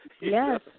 Yes